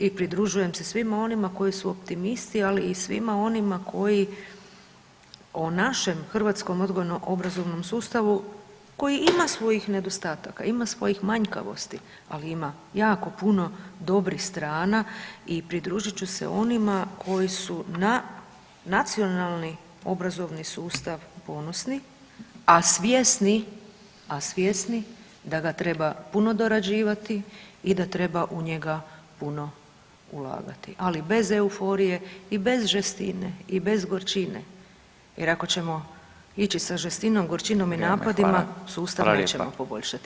I pridružujem se svima onima koji su optimisti, ali i svima onima koji o našem hrvatskom odgojno obrazovnom sustavu koji ima svojih nedostataka, ima svojih manjkavosti, ali ima jako puno dobrih strana i pridružit ću se onima koji su na nacionalni obrazovni sustav ponosni, a svjesni, a svjesni da ga treba puno dorađivati i da treba u njega puno ulagati, ali bez euforije i bez žestine i bez gorčine jer ako ćemo ići za žestinom, gorčinom i [[Upadica Radin: Vrijeme, hvala.]] napadima sustav nećemo poboljšati.